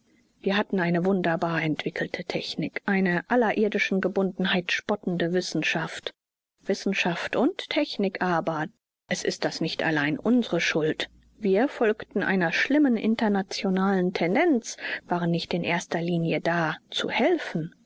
wir hatten eine wunderbar entwickelte technik eine aller irdischen gebundenheit spottende wissenschaft wissenschaft und technik aber es ist das nicht allein unsere schuld wir folgten einer schlimmen internationalen tendenz waren nicht in erster linie da zu helfen